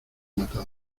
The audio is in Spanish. matado